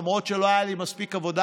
למרות שלא הייתה לי מספיק עבודה,